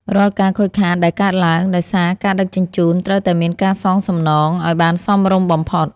រាល់ការខូចខាតដែលកើតឡើងដោយសារការដឹកជញ្ជូនត្រូវតែមានការសងសំណងឱ្យបានសមរម្យបំផុត។